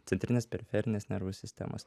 centrinės periferinės nervų sistemos